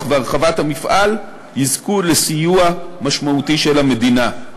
ולהרחבת המפעל יזכו לסיוע משמעותי של המדינה,